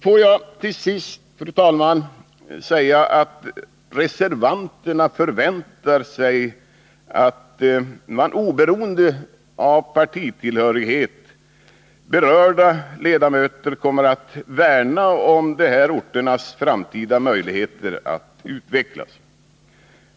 Får jag till sist, herr talman, säga att reservanterna förväntar sig att berörda ledamöter, oberoende av partitillhörighet, kommer att värna om de här orternas framtida möjligheter att utvecklas.